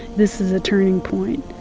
this is a turning point.